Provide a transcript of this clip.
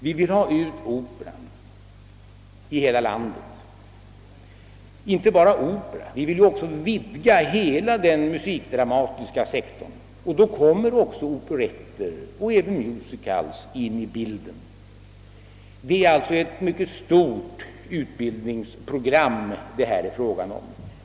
Vi vill ha ut operan i hela landet, och inte bara operan; vi vill vidga hela den musikdramatiska sektorn, och då kommer också operetter och även musicals in i bilden. Det är alltså här fråga om ett mycket stort utbildningsprogram.